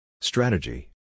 Strategy